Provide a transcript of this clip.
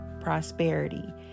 prosperity